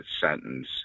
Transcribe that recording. sentence